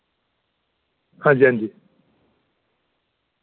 हांजी हांजी